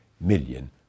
million